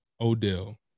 Odell